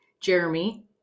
Jeremy